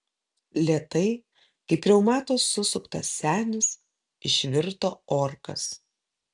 lėtai kaip reumato susuktas senis išvirto orkas